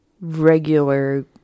regular